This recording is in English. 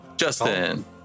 Justin